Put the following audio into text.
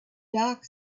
dark